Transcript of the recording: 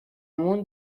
مون